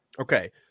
Okay